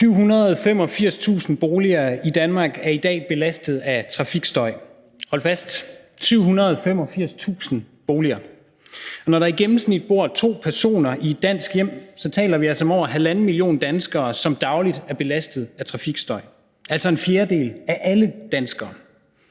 785.000 boliger i Danmark er i dag belastet af trafikstøj. Hold fast: 785.000 boliger. Når der i gennemsnit bor to personer i et dansk hjem, taler vi altså om over halvanden million danskere, som dagligt er belastet af trafikstøj, altså en fjerdedel af alle danskere.